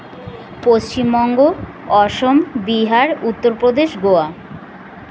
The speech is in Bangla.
পশ্চিমবঙ্গ অসম বিহার উত্তরপ্রদেশ গোয়া